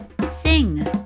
Sing